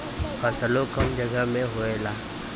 फसलो कम जगह मे होएला